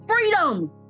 freedom